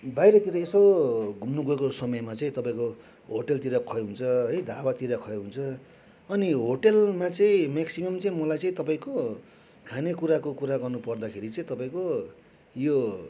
बाहिरतिर यसो घुम्नु गएको समयमा चाहिँ तपाईँको होटलतिर खुवाइ हुन्छ है ढाबातिर खुवाइ हुन्छ अनि होटलमा चाहिँ मेक्सिमम चाहिँ मलाई चाहिँ तपाईँको खानेकुराको कुरा गर्नुपर्दाखेरि चाहिँ तपाईँको यो